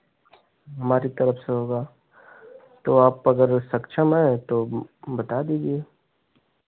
हमारी तरफ से होगा तो आप अगर सक्षम हैं तो बता दीजिए